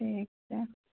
ठीक छै